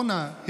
אורנה,